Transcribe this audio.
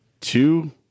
two